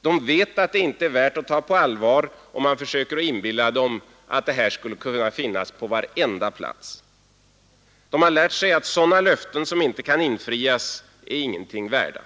De vet att det inte är värt att ta på allvar om man försöker inbilla dem att det här skulle kunna finnas på varenda plats. De har lärt sig att sådana löften som inte kan infrias ingenting är värda.